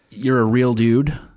you're a real dude.